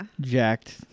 jacked